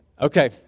Okay